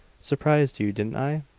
surprised you, didn't i?